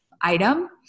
item